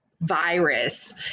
virus